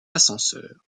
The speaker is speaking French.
ascenseur